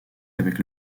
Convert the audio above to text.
avec